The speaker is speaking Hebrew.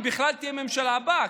אם בכלל תהיה הממשלה הבאה,